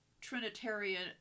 Trinitarian